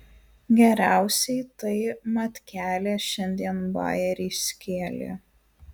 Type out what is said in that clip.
geriausiai tai matkelė šiandien bajerį skėlė